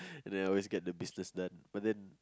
and then I always get the business done but then